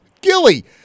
Gilly